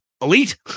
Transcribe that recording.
elite